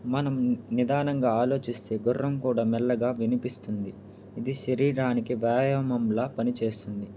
మనం నిదానంగా ఆలోచిస్తే గుర్రం కూడా మెల్లగా వినిపిస్తుంది ఇది శరీరానికి వ్యాయామంలా పనిచేస్తుంది